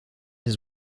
his